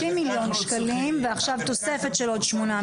מיליון שקלים ועכשיו תוספת של עוד 8 מיליון שקלים.